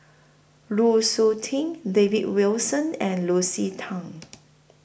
Lu Suitin David Wilson and Lucy Tan